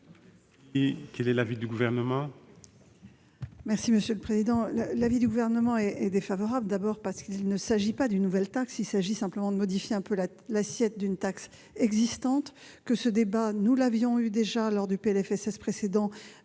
Quel est l'avis du Gouvernement ?